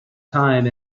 time